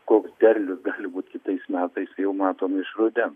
koks derlius gali būt kitais metais jau matom iš rudens